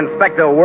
Inspector